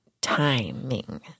timing